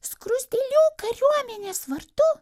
skruzdėlių kariuomenės vardu